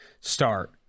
start